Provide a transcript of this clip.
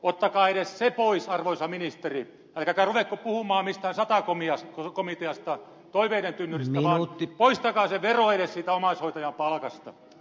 ottakaa edes se pois arvoisa ministeri älkääkä ruvetko puhumaan mistään sata komiteasta toiveiden tynnyristä vaan poistakaa se vero edes siitä omaishoitajan palkasta